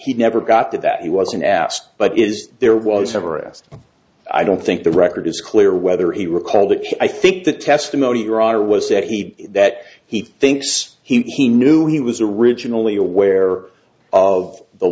he never got to that he wasn't asked but is there was ever asked i don't think the record is clear whether he recalled that i think the testimony your honor was that he that he thinks he knew he was originally aware of the